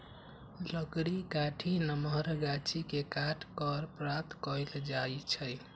लकड़ी काठी नमहर गाछि के काट कऽ प्राप्त कएल जाइ छइ